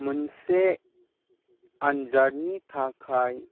मोनसे आन्जादनि थाखाय